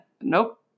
nope